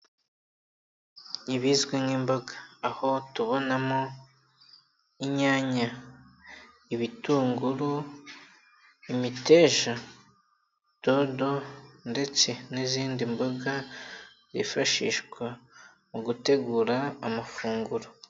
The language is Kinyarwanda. Ibizwi nk'imboga, aho tubonamo, inyanya, ibitunguru, imitesha dodo ndetse n'izindi mboga, zifashishwa mu gutegura amafunguro.